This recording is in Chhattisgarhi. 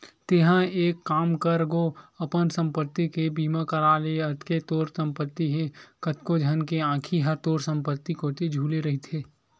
तेंहा एक काम कर गो अपन संपत्ति के बीमा करा ले अतेक तोर संपत्ति हे कतको झन के आंखी ह तोर संपत्ति कोती झुले रहिथे